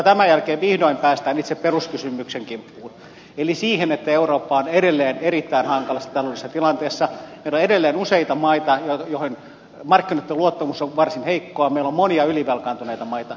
tämän jälkeen vihdoin päästään itse peruskysymyksen kimppuun eli siihen että eurooppa on edelleen erittäin hankalassa taloudellisessa tilanteessa ja on edelleen useita maita joihin markkinoitten luottamus on varsin heikkoa meillä on monia ylivelkaantuneita maita